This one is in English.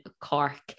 Cork